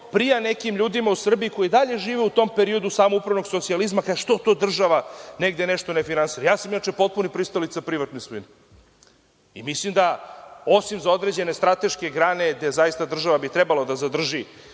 prija nekim ljudima u Srbiji koji i dalje žive u tom periodu samoupravnog socijalizma i kaže – što to država negde nešto ne finansira. Inače, potpuni sam pristalica privatne svojine i mislim da, osim za određene strateške grane, gde bi država trebala da zadrži